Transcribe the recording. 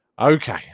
Okay